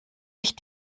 mich